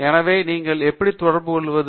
எனவே நீங்கள் எப்படி தொடர்பு கொள்வது